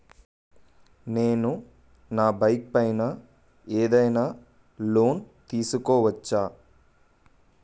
నేను నా బైక్ పై ఏదైనా లోన్ తీసుకోవచ్చా?